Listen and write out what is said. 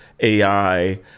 ai